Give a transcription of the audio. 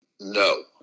No